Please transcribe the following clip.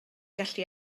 gallu